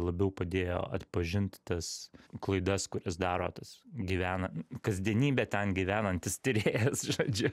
labiau padėjo atpažint tas klaidas kurias daro tas gyvena kasdienybę ten gyvenantys tyrėjas žodžiu